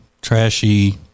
trashy